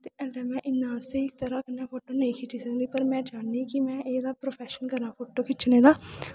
ते अगर में इन्ना स्हेई त'रा कन्नै फोटो नेईं खिच्ची सकनीं पर में चाह्न्नीं कि में एह्दा प्रौफैशन करां फोटो खिच्चने दा